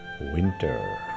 winter